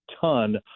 ton